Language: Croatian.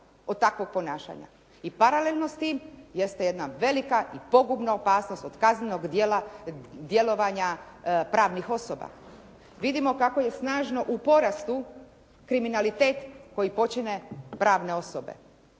od takvog ponašanja i paralelno s tim jeste jedna velika i pogubna opasnost od kaznenog djelovanja pravnih osoba. Vidimo kako je snažno u porastu kriminalitet koji počine pravne osobe.